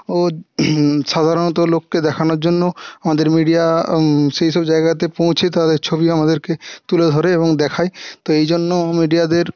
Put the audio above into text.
ও সাধারণত লোককে দেখানোর জন্য আমাদের মিডিয়া সেই সব জায়গাতে পৌঁছে তাদের ছবি আমাদেরকে তুলে ধরে এবং দেখায় তো এই জন্য মিডিয়াদের